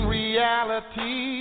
reality